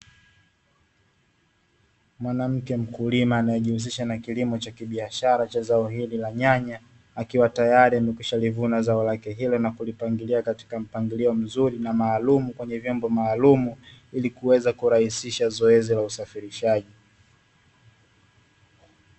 Mwanamke mkulima anayejihusisha na kilimo cha biashara cha zao hili la nyanya, akiwa tayari amekwishalivuna zao lake hilo na kulipangilia katika mpangilio mzuri na maalumu kwenye vyombo maalumu ili kurahisisha zoezi la usafirishaji.